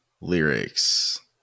lyrics